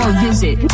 visit